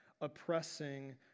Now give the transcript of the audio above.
oppressing